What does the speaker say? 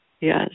yes